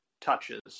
touches